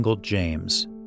James